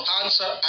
answer